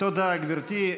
תודה, גברתי.